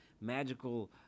magical